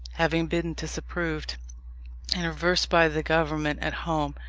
having been disapproved and reversed by the government at home,